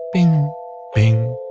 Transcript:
bing bing